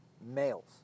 males